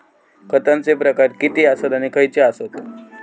खतांचे प्रकार किती आसत आणि खैचे आसत?